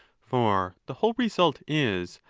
for the whole result is,